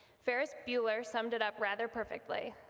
ferris bueller sumed it up rather perfectly,